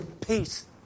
Peace